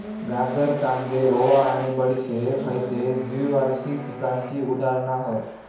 गाजर, कांदे, ओवा आणि बडीशेप हयते द्विवार्षिक पिकांची उदाहरणा हत